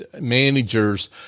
managers